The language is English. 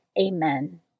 Amen